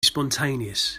spontaneous